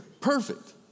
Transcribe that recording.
Perfect